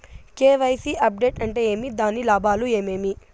KYC update అంటే ఏమి? దాని లాభాలు ఏమేమి?